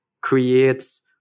creates